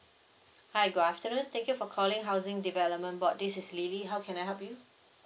hi good afternoon thank you for calling housing development board this is lily how can I help you